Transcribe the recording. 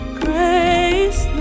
grace